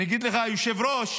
אני אגיד לך, היושב-ראש,